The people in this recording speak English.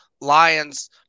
Lions